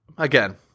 again